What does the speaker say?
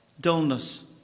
Dullness